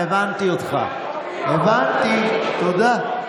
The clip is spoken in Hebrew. הבנתי אותך, הבנתי, תודה.